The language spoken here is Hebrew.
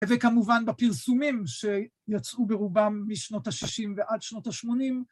וכמובן בפרסומים שיצאו ברובם משנות ה-60 ועד שנות ה-80.